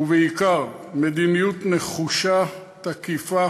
ובעיקר מדיניות נחושה, תקיפה,